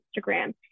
Instagram